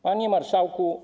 Panie Marszałku!